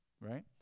right